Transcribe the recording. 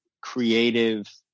creative